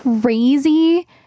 crazy